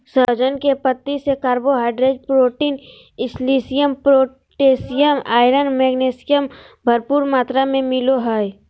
सहजन के पत्ती से carbohydrate, protein, calcium, potassium, iron, magnesium, भरपूर मात्रा में मिलो हइ